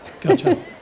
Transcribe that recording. Gotcha